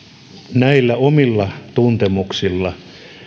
näillä omilla tuntemuksillani